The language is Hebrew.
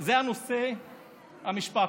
זה נושא המשפט.